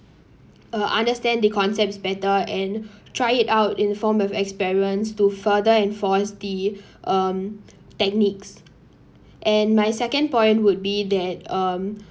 uh understand the concepts better and try it out in form of experiments to further enforce the um techniques and my second point would be that um